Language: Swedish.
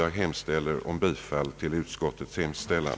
Jag hemställer om bifall till utskottets hemställan.